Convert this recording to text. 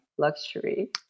luxury